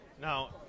Now